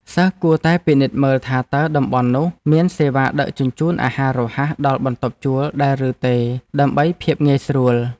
សិស្សគួរតែពិនិត្យមើលថាតើតំបន់នោះមានសេវាដឹកជញ្ជូនអាហាររហ័សដល់បន្ទប់ជួលដែរឬទេដើម្បីភាពងាយស្រួល។